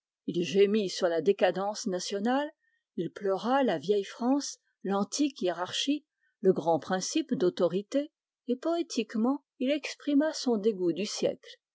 rennemoulin gémit sur la décadence nationale il pleura la vieille france l'antique hiérarchie le grand principe d'autorité poétiquement il exprima son dégoût du siècle